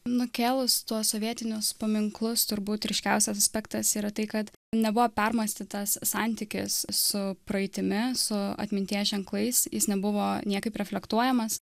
nukėlus tuos sovietinius paminklus turbūt ryškiausias aspektas yra tai kad nebuvo permąstytas santykis su praeitimi su atminties ženklais jis nebuvo niekaip reflektuojamas